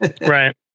right